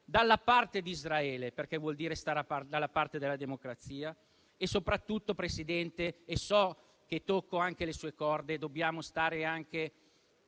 dalla parte di Israele, perché vuol dire stare dalla parte della democrazia. Soprattutto, Presidente (e so che tocco anche le sue corde), dobbiamo stare